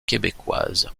québécoise